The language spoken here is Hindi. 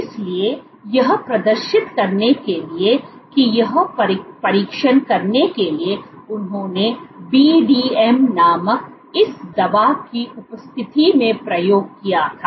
इसलिए यह प्रदर्शित करने के लिए कि या परीक्षण करने के लिए उन्होंने बीडीएम नामक इस दवा की उपस्थिति में प्रयोग किया था